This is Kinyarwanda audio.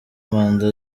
manda